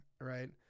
right